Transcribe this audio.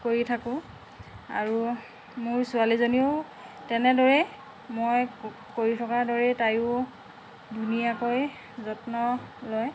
কৰি থাকোঁ আৰু মোৰ ছোৱালীজনীয়েও তেনেদৰেই মই কৰি থকা দৰেই তায়ো ধুনীয়াকৈ যত্ন লয়